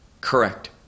correct